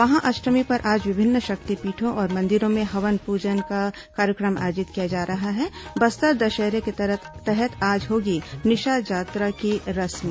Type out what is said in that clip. महाअष्टमी पर आज विभिन्न शक्तिपीठों और मंदिरों में हवन पूजन का कार्यक्रम आयोजित किया जा रहा है बस्तर दशहरे के तहत आज होगी निशा जात्रा की रस्म